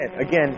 Again